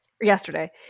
yesterday